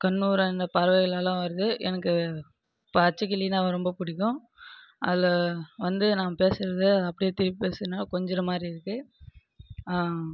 கண்ணூர் அந்த பறவைகள் எல்லாம் வருது எனக்கு பச்சைக்கிளினா ரொம்ப பிடிக்கும் அதில் வந்து நான் பேசுறதை அப்படியே திருப்பி பேசினா கொஞ்சுகிற மாதிரி இருக்கு